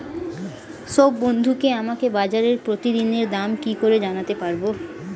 সব বন্ধুকে আমাকে বাজারের প্রতিদিনের দাম কি করে জানাতে পারবো?